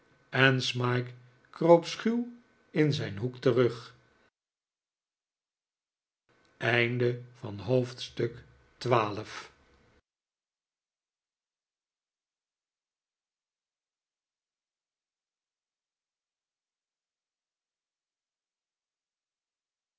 en smike kroop schuw in zijn hoek terug